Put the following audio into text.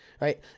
right